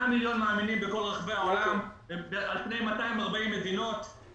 מיליון מאמינים בדת הזאת שפרוסים ב-240 מדינות.